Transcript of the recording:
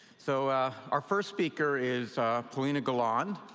so our first speaker is polina golland,